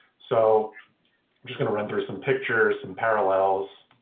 so i'm just going to read through some pictures, some parallels.